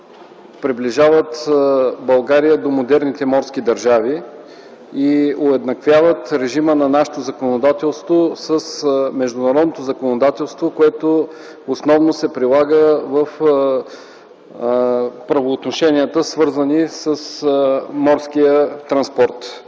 приближават България до модерните морски държави и уеднаквяват режима на нашето с международното законодателство, което основно се прилага в правоотношенията, свързани с морския транспорт.